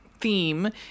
theme